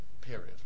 period